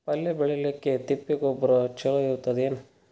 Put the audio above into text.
ಪಲ್ಯ ಬೇಳಿಲಿಕ್ಕೆ ತಿಪ್ಪಿ ಗೊಬ್ಬರ ಚಲೋ ಇರತದೇನು?